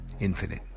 infinite